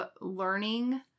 learning